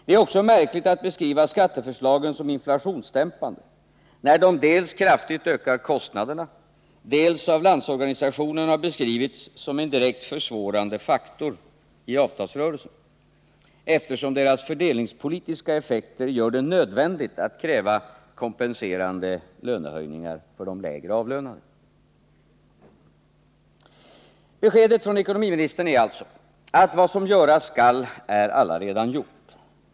Det är också märkligt att beskriva skatteförslagen som inflationsdämpande, när de dels kraftigt ökar kostnaderna, dels av Landsorganisationen har beskrivits som en direkt försvårande faktor i avtalsrörelsen, eftersom deras fördelningspolitiska effekter gör det nödvändigt att kräva kompenserande lönehöjningar för de lägre avlönade. Beskedet från ekonomiministern är alltså att vad som göras skall är allaredan gjort.